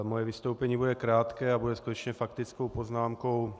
Moje vystoupení bude krátké a bude skutečně faktickou poznámkou.